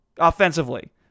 offensively